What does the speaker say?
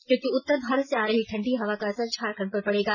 क्योंकि उत्तर भारत से आ रही ठंडी हवा का असर झारखंड पर पड़ेगा